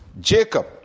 Jacob